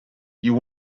you